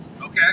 Okay